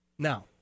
Now